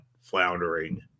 floundering